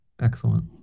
excellent